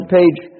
page